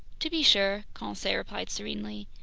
to be sure, conseil replied serenely,